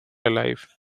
alive